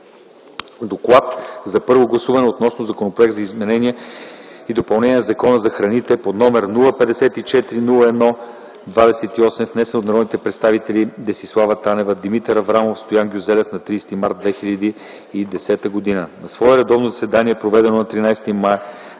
„ДОКЛАД за първо гласуване относно Законопроект за изменение и допълнение на Закона за храните, № 054-01-28, внесен от народните представители Десислава Танева, Димитър Аврамов и Стоян Гюзелев на 30 март 2010 г. На свое редовно заседание, проведено на 13 май